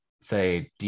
say